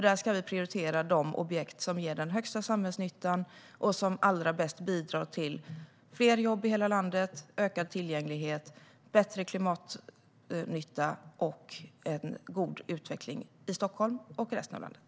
Där ska vi prioritera de objekt som ger den högsta samhällsnyttan och som allra bäst bidrar till fler jobb i hela landet, ökad tillgänglighet, bättre klimatnytta och en god utveckling i Stockholm och resten av landet.